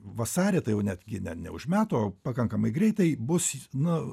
vasarį tai jau netgi ne ne už metų o pakankamai greitai bus nu